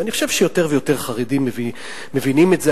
ואני חושב שיותר ויותר חרדים מבינים את זה,